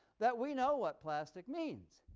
that we know what plastic means.